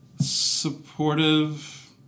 supportive